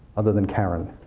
other than karen.